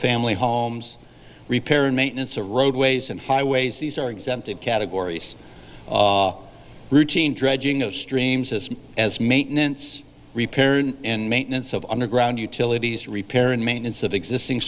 family homes repair and maintenance of roadways and highways these are exempted categories routine dredging of streams as much as maintenance repairs and maintenance of underground utilities repair and maintenance of existing